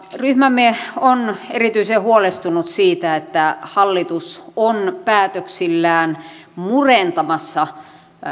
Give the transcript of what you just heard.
ryhmämme on erityisen huolestunut siitä että hallitus on päätöksillään murentamassa